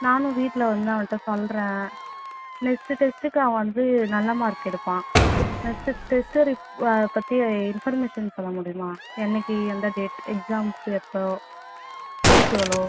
நானும் வீட்டில் வந்து அவன்கிட்ட சொல்கிறேன் நெக்ஸ்ட்டு டெஸ்ட்டுக்கு அவன் வந்து நல்ல மார்க் எடுப்பான் நெக்ஸ்ட்டு டெஸ்ட்டு பற்றி இன்ஃபர்மேஷன் சொல்ல முடியுமா என்றைக்கி எந்த டேட் எக்ஸாம்ஸ் எப்போது ஃபீஸ் எவ்வளோ